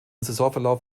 saisonverlauf